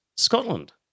Scotland